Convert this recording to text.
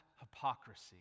hypocrisy